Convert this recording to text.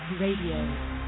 Radio